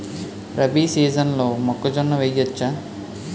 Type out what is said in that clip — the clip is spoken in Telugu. రబీ సీజన్లో మొక్కజొన్న వెయ్యచ్చా?